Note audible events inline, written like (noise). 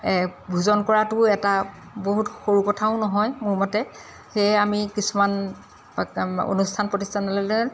ভোজন কৰাটোও এটা বহুত সৰু কথাও নহয় মোৰ মতে সেয়ে আমি কিছুমান (unintelligible) অনুষ্ঠান প্ৰতিষ্ঠানলৈ